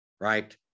right